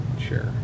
Sure